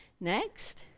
Next